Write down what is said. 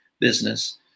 business